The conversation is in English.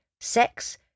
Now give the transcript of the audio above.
sex